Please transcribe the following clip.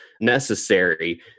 necessary